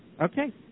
Okay